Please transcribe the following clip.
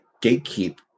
gatekeep